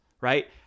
right